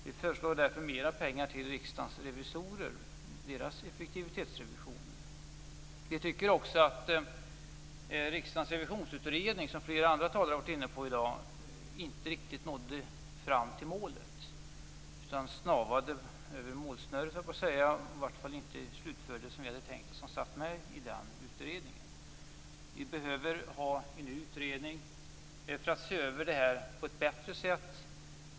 Vi föreslår därför mer pengar till Riksdagens revisorer och deras effektivitetsrevision. Vi tycker också att Riksdagens revisionsutredning, som flera andra talare har nämnt i dag, inte riktigt nådde fram till målet utan snavade över målsnöret. I varje fall slutfördes inte arbetet så som vi i utredningen hade tänkt oss. Det behövs en utredning för att se över detta på ett bättre sätt.